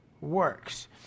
works